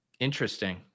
Interesting